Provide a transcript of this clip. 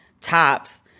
tops